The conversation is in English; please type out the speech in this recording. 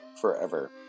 forever